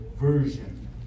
Version